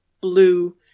blue